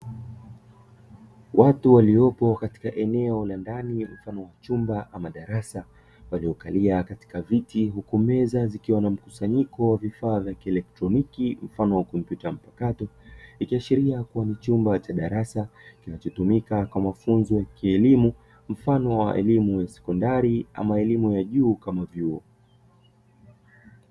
Watu waliopo katika eneo la ndani mfano wa chumba ama darasa, waliokalia katika viti huku meza zikiwa na mkusanyiko wa vifaa vya kilektroniki mfano wa kompyuta mpakato; ikiashiria kuwa ni chumba cha darasa kinachotumika kwa mafunzo ya kielimu mfano wa elimu ya sekondari, ama elimu ya juu kama vyuo.